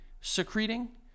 secreting